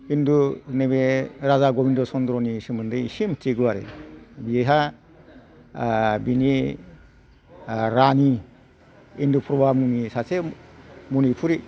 खिन्थु नैबे राजा गबिन्द चन्द्रनि सोमोन्दै एसे मिथिगौ आरो बेहा ओह बेनि रानि इन्द्रुफ्रबा मुंनि सासे मनिपुरि